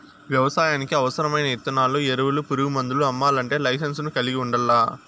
వ్యవసాయానికి అవసరమైన ఇత్తనాలు, ఎరువులు, పురుగు మందులు అమ్మల్లంటే లైసెన్సును కలిగి ఉండల్లా